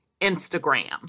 Instagram